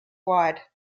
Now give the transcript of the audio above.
wide